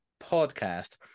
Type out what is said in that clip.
Podcast